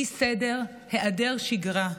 אי-סדר, היעדר שגרה,